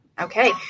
Okay